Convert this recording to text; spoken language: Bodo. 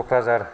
क'क्राझार